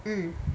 mm